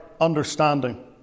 understanding